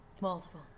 multiple